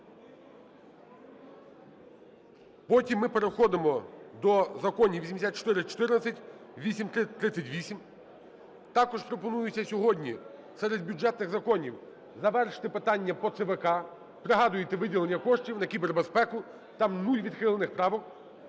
Потім ми переходимо до законів 8414, 8338. Також пропонується сьогодні серед бюджетних законів завершити питання по ЦВК, пригадуєте, виділення коштів на кібербезпеку, там нуль відхилених правок.